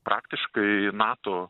praktiškai nato